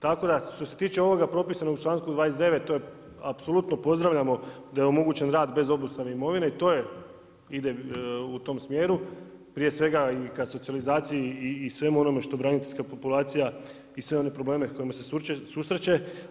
Tako da što se tiče ovog propisanog u članku 29. to je apsolutno pozdravljamo da je omogućen bez obustave imovine i to ide u tom smjeru, prije svega k socijalizaciji i svemu onome što braniteljska populacija i svi oni problemi sa kojima se susreće.